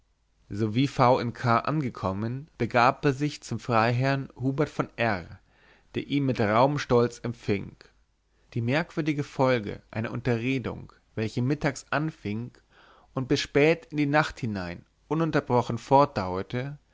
sowie v in k angekommen begab er sich zum freiherrn hubert von r der ihn mit rauhem stolz empfing die merkwürdige folge einer unterredung welche mittags anfing und bis spät in die nacht hinein ununterbrochen